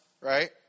right